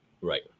Right